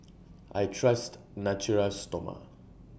I Trust Natura Stoma